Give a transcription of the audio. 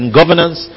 governance